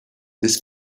this